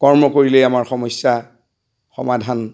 কৰ্ম কৰিলেই আমাৰ সমস্যা সমাধান